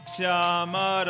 Shama